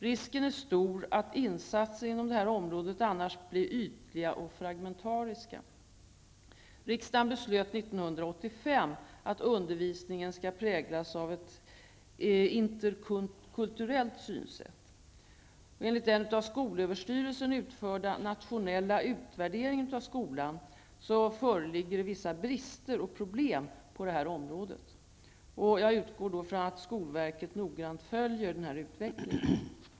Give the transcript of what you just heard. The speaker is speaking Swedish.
Risken är stor att insatser inom detta område annars blir ytliga och fragmentariska. Riksdagen beslöt 1985 att undervisningen skall präglas av ett interkulturellt synsätt. Enligt den av skolöverstyrelsen utförda nationella utvärderingen av skolan föreligger vissa brister och problem på detta område. Jag utgår ifrån att skolverket noggrant följer utvecklingen.